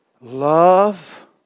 love